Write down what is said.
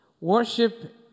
Worship